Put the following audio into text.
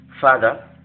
Father